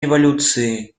революции